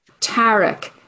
Tarek